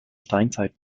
steinzeit